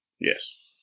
Yes